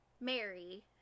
Mary